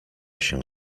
się